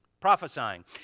prophesying